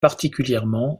particulièrement